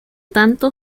tanto